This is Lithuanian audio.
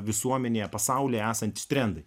visuomenėje pasaulyje esantys trendai